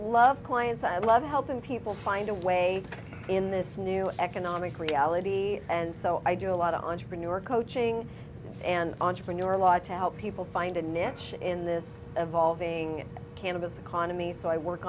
love clients i love helping people find a way in this new economic reality and so i do a lot of entrepreneur coaching and entrepreneur a lot to help people find a niche in this evolving cannabis economy so i work